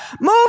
move